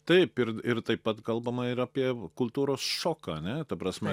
taip ir ir taip pat kalbama ir apie kultūros šoką ne ta prasme